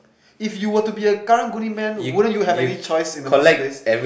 if you were to be a Karang-Guni man wouldn't you have any choice in the first place